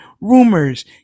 rumors